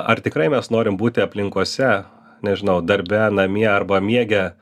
ar tikrai mes norim būti aplinkose nežinau darbe namie arba miege